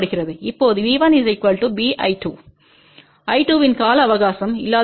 இப்போது V1 BI2 I2இன் கால அவகாசம் இல்லாதபோது B 0